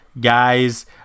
guys